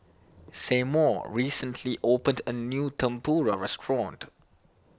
Seymour recently opened a new Tempura restaurant